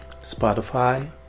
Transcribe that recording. Spotify